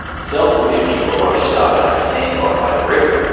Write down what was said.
some wounded people are stuck on a sandbar by the river,